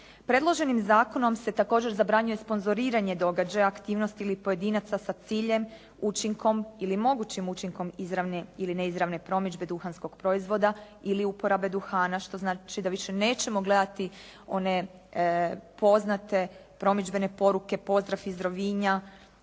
Predloženim zakonom se također zabranjuje sponzoriranje događaja, aktivnosti ili pojedinaca sa ciljem, učinkom ili mogućim učinkom izravne ili neizravne promidžbe duhanskog proizvoda ili uporabe duhana što znači da više nećemo gledati one poznate promidžbene poruke “Pozdrav iz Rovinja“